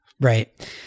Right